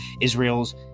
Israel's